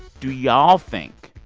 do y'all think,